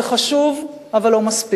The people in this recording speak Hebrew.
זה חשוב, אבל לא מספיק.